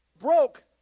broke